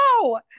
No